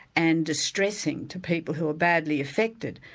and distressing to people who are badly affected,